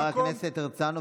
חבר הכנסת הרצנו,